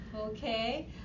Okay